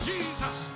Jesus